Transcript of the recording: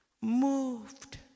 moved